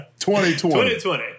2020